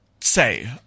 say